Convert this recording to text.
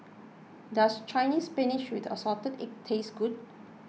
does Chinese Spinach with Assorted Egg taste good